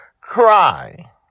cry